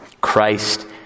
Christ